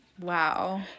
Wow